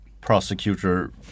prosecutor